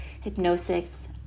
hypnosis